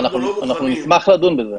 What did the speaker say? אנחנו לא מוכנים --- אנחנו נשמח לדון בזה.